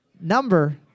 number